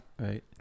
right